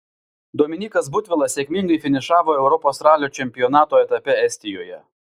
dominykas butvilas sėkmingai finišavo europos ralio čempionato etape estijoje